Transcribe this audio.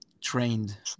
trained